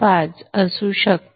5Ω असू शकते